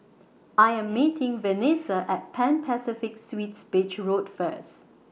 I Am meeting Venessa At Pan Pacific Suites Beach Road First